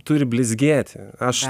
turi blizgėti aš